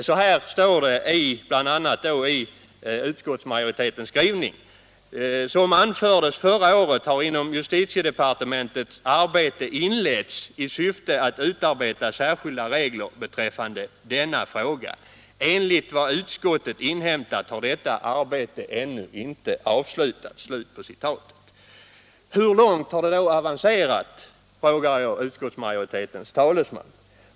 I utskottsmajoritetens skrivning står bl.a. följande: ”Som anfördes förra året har inom justitiedepartementet arbete inletts i syfte att utarbeta särskilda regler beträffande denna fråga. Enligt vad utskottet inhämtat har detta arbete ännu inte avslutats.” Jag skulle vilja fråga utskottsmajoritetens talesman: Hur långt har arbetet avancerat?